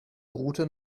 route